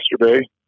yesterday